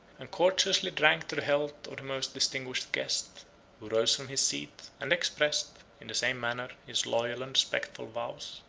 and courteously drank to the health of the most distinguished guest who rose from his seat, and expressed, in the same manner, his loyal and respectful vows.